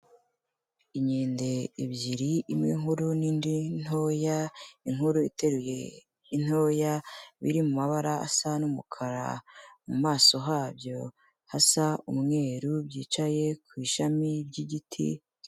Inkende ebyiri; imwe inkuru n'indi ntoya, inkuru iteruye intoya, biri mu mabara asa n'umukara, mu maso habyo hasa umweru, byicaye ku ishami ry'igiti.